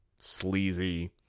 sleazy